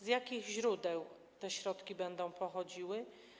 Z jakich źródeł te środki będą pochodziły?